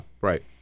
Right